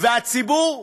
והציבור,